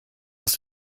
aus